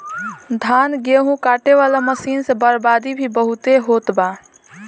धान, गेहूं काटे वाला मशीन से बर्बादी भी बहुते होत बा